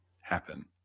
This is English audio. happen